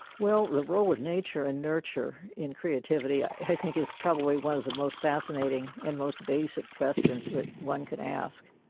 well the role of nature and nurture in creativity i think is one of the most fascinating and most basic questions that one could ask.